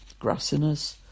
Grassiness